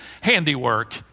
handiwork